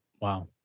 Wow